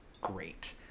great